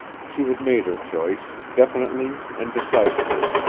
she had made her choice, definitely and decisively,